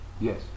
Yes